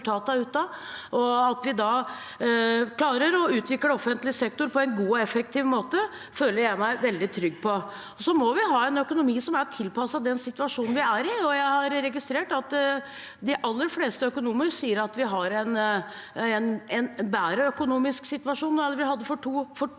og at vi da klarer å utvikle offentlig sektor på en god og effektiv måte, føler jeg meg veldig trygg på. Vi må ha en økonomi som er tilpasset den situasjonen vi er i, og jeg har registrert at de aller fleste økonomer sier at vi har en bedre økonomisk situasjon enn vi hadde for et år